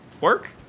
Work